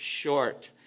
short